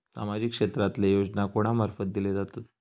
सामाजिक क्षेत्रांतले योजना कोणा मार्फत दिले जातत?